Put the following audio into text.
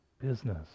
business